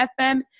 FM